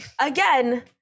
Again